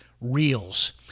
reels